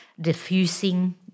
...diffusing